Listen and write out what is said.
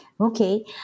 Okay